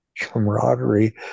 camaraderie